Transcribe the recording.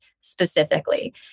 specifically